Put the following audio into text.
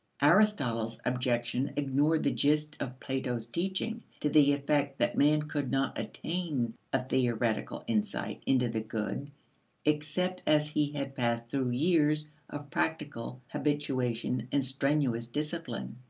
aristotle's objection ignored the gist of plato's teaching to the effect that man could not attain a theoretical insight into the good except as he had passed through years of practical habituation and strenuous discipline.